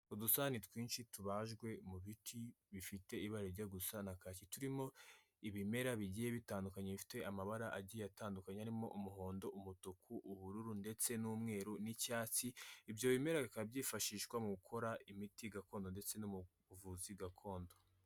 Udusahani twinshi tubajwe mu biti bifite ibara rijya gusa na kaki. Turimo ibimera bigiye bitandukanye bifite amabara agiye atandukanye, arimo umuhondo, umutuku, ubururu ndetse n'umweru n'icyatsi, ibyo bimera bikaba byifashishwa mu gukora imiti gakondo ndetse no mu buvuzi gakondo.